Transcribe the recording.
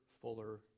fuller